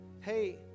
Hey